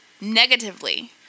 negatively